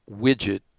widget